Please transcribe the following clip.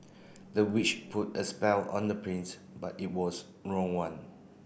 the witch put a spell on the prince but it was wrong one